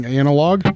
analog